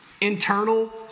Internal